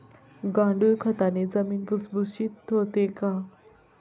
गांडूळ खताने जमीन भुसभुशीत होते का?